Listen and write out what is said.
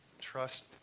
Trust